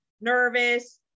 nervous